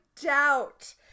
doubt